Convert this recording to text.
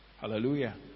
Hallelujah